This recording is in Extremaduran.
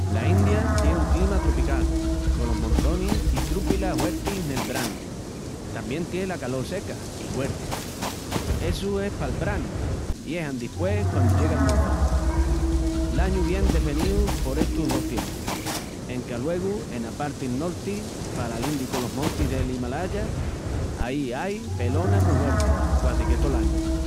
La India tié un clima tropical, colos monzonis i trúbilas huertis nel branu. Tamién tié la calol seca i huerti, essu es pal branu i es andispués quandu llega'l monzón. L'añu vien defeníu por estus dos tiempus, enque aluegu ena parti'l norti pala lindi colos montis del Himalaya aí ai pelona mu huerti quasique tol añu.